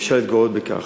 אפשר להתגאות בכך.